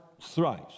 thrice